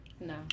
No